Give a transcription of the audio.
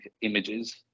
images